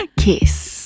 kiss